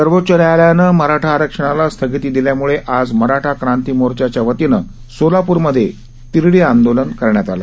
सर्वोच्च न्यायालयानं मराठा आरक्षणाला स्थगिती दिल्यामुळं आज मराठा क्रांती मोर्चाच्या वतीनं सोलापूरमधे तिरडी आंदोलन करण्यात आलं